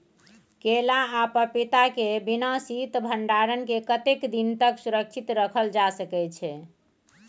केला आ पपीता के बिना शीत भंडारण के कतेक दिन तक सुरक्षित रखल जा सकै छै?